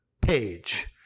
page